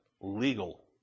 legal